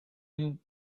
and